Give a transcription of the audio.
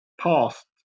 past